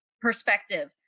perspective